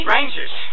Rangers